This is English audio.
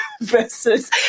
versus